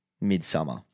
Midsummer